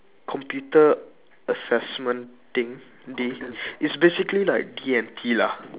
computer assessment thing D it's basically like D&T lah